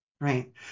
right